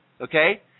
Okay